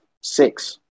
six